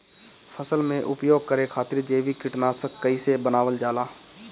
फसल में उपयोग करे खातिर जैविक कीटनाशक कइसे बनावल जाला?